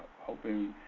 hoping